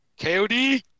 KOD